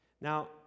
Now